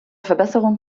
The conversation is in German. verbesserung